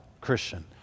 Christian